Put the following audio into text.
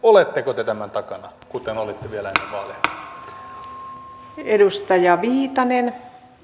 oletteko te tämän takana kuten olitte vielä ennen vaaleja